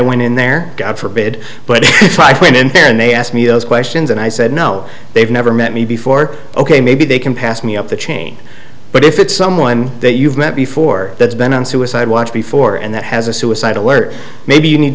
went in there god forbid but then they asked me those questions and i said no they've never met me before ok maybe they can pass me up the chain but if it's someone that you've met before that's been on suicide watch before and that has a suicide alert maybe you need